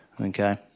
okay